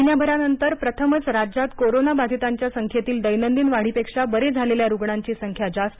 महिन्याभरानंतर प्रथमच राज्यात कोरोना बाधितांच्या संख्येतील दैनंदिन वाढीपेक्षा बरे झालेल्या रुग्णांची संख्या जास्त